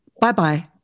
Bye-bye